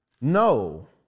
no